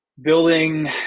building